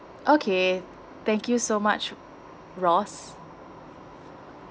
okay thank you so much ross